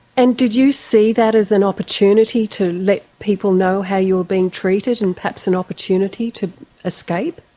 and did you see that as an opportunity to let people know how you are being treated and perhaps an opportunity to escape?